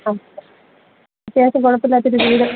ആ അത്യാവശ്യം കുഴപ്പില്ലാത്തൊരു വീട്